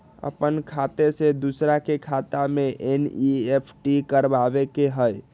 अपन खाते से दूसरा के खाता में एन.ई.एफ.टी करवावे के हई?